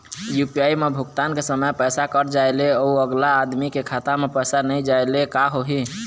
UPI म भुगतान के समय पैसा कट जाय ले, अउ अगला आदमी के खाता म पैसा नई जाय ले का होही?